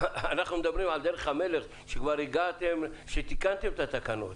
אנחנו מדברים על דרך המלך שכבר תיקנתם את התקנות.